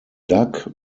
doug